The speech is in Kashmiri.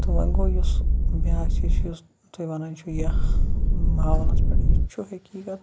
تہٕ ووٚنۍ گوٚو یُس بیاکھ چیٖز چھُ یُس تُہۍ وَنان چھِو ماحولَس پٮ۪ٹھ یہِ تہِ چھُ حٔقیٖقت